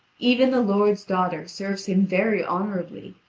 even the lord's daughter serves him very honourably,